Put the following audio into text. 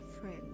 friend